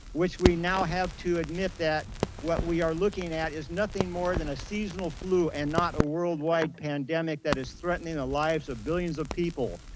which we now have to admit that what we are looking at is nothing more than a seasonal flu and not a worldwide pandemic that is threatening the lives of billions of people.